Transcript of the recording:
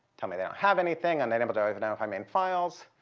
tell me they don't have anything unable to identify main files.